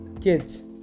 kids